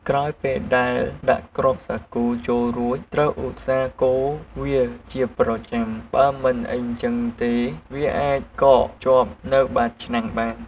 ក្រោយពេលដែលដាក់គ្រាប់សាគូចូលរួចត្រូវឧស្សាហ៍កូរវាជាប្រចាំ បើមិនអ៊ីចឹងទេវាអាចកកជាប់នៅបាតឆ្នាំងបាន។